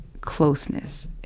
closeness